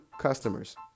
customers